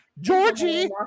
Georgie